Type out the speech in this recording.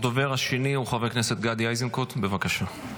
הדובר השני הוא חבר הכנסת גדי איזנקוט, בבקשה.